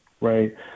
right